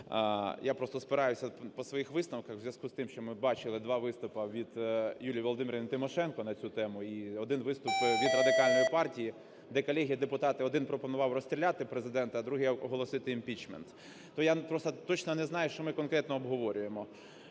Я просто спираюся по своїх висновках у зв'язку з тим, що ми бачили два виступи від Юлії Володимирівни Тимошенко на цю тему і один виступ від Радикальної партії, де колеги-депутати - один пропонував розстріляти Президента, а другий – оголосити імпічмент. То я просто точно не знаю, що ми конкретно обговорюємо.